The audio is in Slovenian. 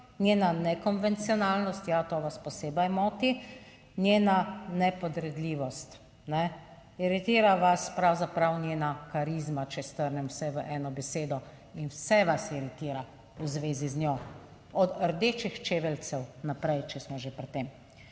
njena nekonvencionalnost - ja, to vas posebej moti - njena nepodredljivost ne iritira vas. Pravzaprav njena karizma, če strnem vse v eno besedo, in vse vas iritira v zvezi z njo: od rdečih čeveljcev naprej, če smo že pri tem.